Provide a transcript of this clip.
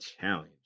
Challenge